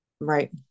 right